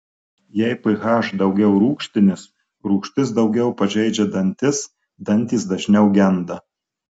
jei ph daugiau rūgštinis rūgštis daugiau pažeidžia dantis dantys dažniau genda